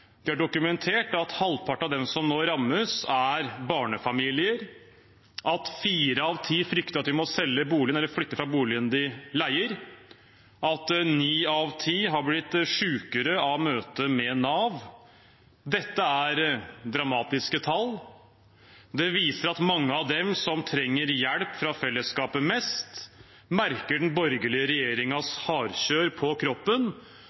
at halvparten av dem som nå rammes, er barnefamilier, at fire av ti frykter at de må selge boligen sin eller flytte fra boligen de leier, at ni av ti har blitt sykere av møtet med Nav. Dette er dramatiske tall. Det viser at mange av dem som trenger hjelp fra fellesskapet mest, merker den borgerlige regjeringens hardkjør på kroppen